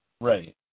Right